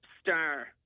star